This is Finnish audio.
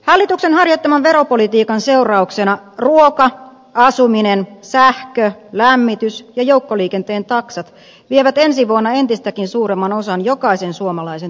hallituksen harjoittaman veropolitiikan seurauksena ruoka asuminen sähkö lämmitys ja joukkoliikenteen taksat vievät ensi vuonna entistäkin suuremman osan jokaisen suomalaisen tuloista